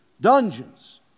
dungeons